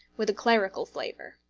with a clerical flavour.